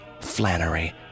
Flannery